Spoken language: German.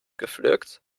gepflückt